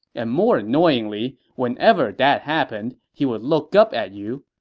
and more annoyingly, whenever that happened, he would look up at you,